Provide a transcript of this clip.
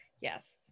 Yes